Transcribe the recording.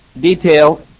detail